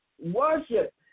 Worship